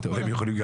אבל זה גם נכון,